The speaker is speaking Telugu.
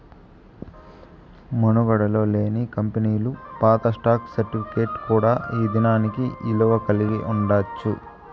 మనుగడలో లేని కంపెనీలు పాత స్టాక్ సర్టిఫికేట్ కూడా ఈ దినానికి ఇలువ కలిగి ఉండచ్చు